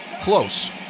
close